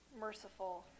merciful